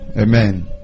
Amen